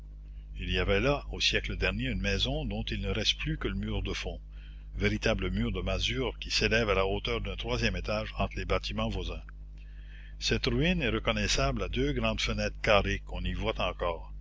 il y avait là au siècle dernier une maison dont il ne reste plus que le mur de fond véritable mur de masure qui s'élève à la hauteur d'un troisième étage entre les bâtiments voisins cette ruine est reconnaissable à deux grandes fenêtres carrées qu'on y voit encore